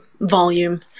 volume